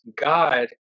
God